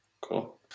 Cool